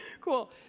Cool